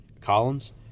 Collins